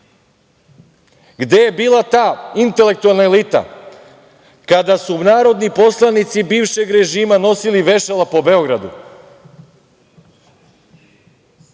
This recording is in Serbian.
Gde je bila ta intelektualna elita kada su narodni poslanici bivšeg režima nosili vešala po Beogradu?